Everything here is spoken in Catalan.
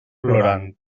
plorant